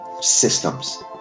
systems